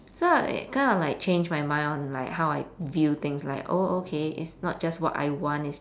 so I like kind of like changed my mind on like how I view things like oh okay it's not just what I want it's